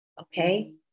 Okay